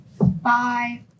Bye